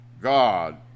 God